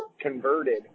converted